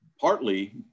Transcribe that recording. partly